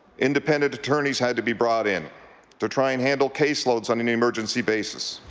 independent attornies had to be brought in to try and handle case loads on an emergency basis.